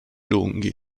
lunghi